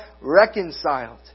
reconciled